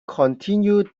continue